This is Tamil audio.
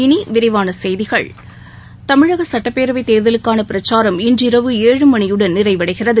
இனி விரிவான செய்திகள் தமிழக சுட்டப்பேரவைத் தேர்தலுக்கான பிரச்சாரம் இன்றிரவு ஏழு மணியுடன் நிறைவடைகிறது